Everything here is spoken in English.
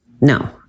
No